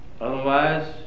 Otherwise